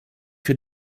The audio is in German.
für